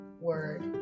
word